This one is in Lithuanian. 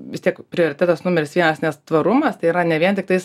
vis tiek prioritetas numeris vienas nes tvarumas tai yra ne vien tiktais